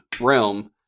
realm